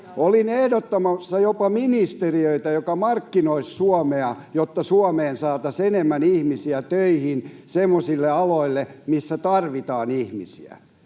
Olin ehdottamassa jopa ministeriötä, joka markkinoisi Suomea, jotta Suomeen saataisiin enemmän ihmisiä töihin semmoisille aloille, missä tarvitaan ihmisiä.